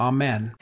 Amen